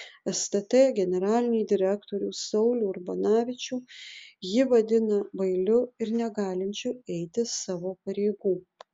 stt generalinį direktorių saulių urbanavičių ji vadina bailiu ir negalinčiu eiti savo pareigų